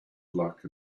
luck